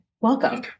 Welcome